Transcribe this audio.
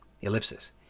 ellipsis